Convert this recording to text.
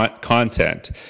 content